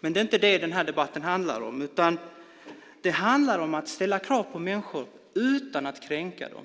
Men det är inte vad den här debatten handlar om. Det handlar om att ställa krav på människor utan att kränka dem.